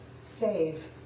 save